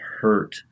hurt